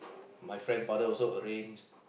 my friend father also arranged